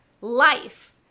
life